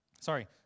Sorry